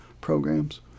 programs